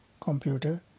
computer